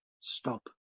Stop